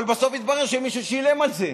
אבל בסוף יתברר שמישהו שילם על זה.